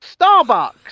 Starbucks